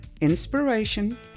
inspiration